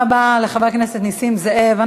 משפט סיום, חבר הכנסת נסים זאב.